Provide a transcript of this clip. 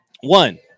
one